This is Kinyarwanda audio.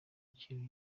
ikintu